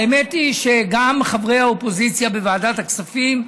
האמת היא שגם חברי האופוזיציה בוועדת הכספים,